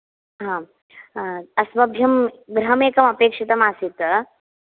आम् अस्मभ्यं गृहम् एकं अपेक्षितम् आसीत्